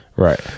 Right